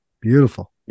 beautiful